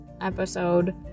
episode